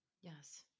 Yes